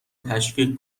تشویق